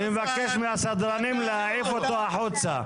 אני מבקש מהסדרנים להעיף אותו החוצה.